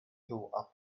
throw